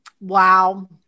Wow